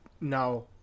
now